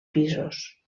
pisos